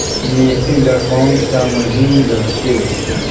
मेंथी ला कोन सा महीन लगथे?